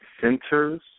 centers